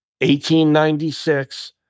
1896